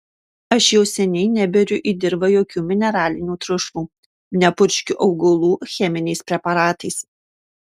aš jau seniai neberiu į dirvą jokių mineralinių trąšų nepurškiu augalų cheminiais preparatais